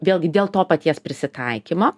vėlgi dėl to paties prisitaikymo